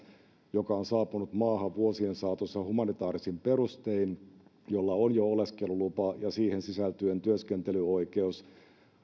joka on saapunut maahan vuosien saatossa humanitaarisin perustein jolla on jo oleskelulupa ja siihen sisältyen työskentelyoikeus